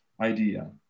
idea